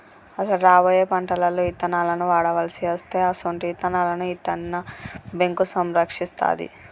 అసలు రాబోయే పంటలలో ఇత్తనాలను వాడవలసి అస్తే అసొంటి ఇత్తనాలను ఇత్తన్న బేంకు సంరక్షిస్తాది